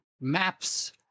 maps